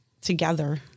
together